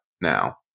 now